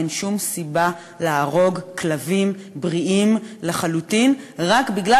אין שום סיבה להרוג כלבים בריאים לחלוטין רק בגלל